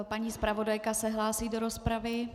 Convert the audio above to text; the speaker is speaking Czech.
Paní zpravodajka se hlásí do rozpravy.